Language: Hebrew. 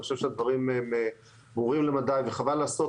אני חושב שהדברים ברורים למדי וחבל לעשות